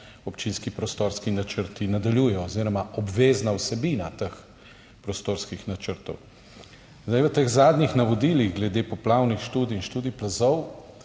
občinski prostorski načrti nadaljujejo oziroma obvezna vsebina teh prostorskih načrtov. V teh zadnjih navodilih glede poplavnih študij in študij plazov